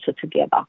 together